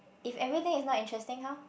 if everything is not interesting how